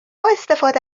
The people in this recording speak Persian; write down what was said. استفاده